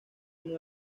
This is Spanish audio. uno